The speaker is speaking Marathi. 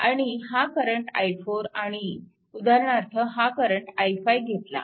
आणि हा करंट i4 आणि उदारणार्थ हा करंट i5 घेतला